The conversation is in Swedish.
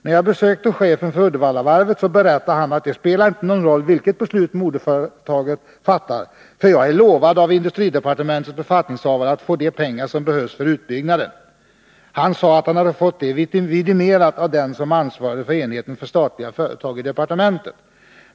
När jag besökte chefen för Uddevallavarvet berättade han att det inte spelar någon roll vilket beslut moderföretaget fattar, för jag är lovad av industridepartementets befattningshavare att få de pengar som behövs för utbyggnaden.” Han sade att han fått det vidimerat av den som ansvarade för enheten för statliga företag i departementet.